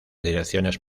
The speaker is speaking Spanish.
direcciones